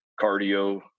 cardio